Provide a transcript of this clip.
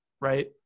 Right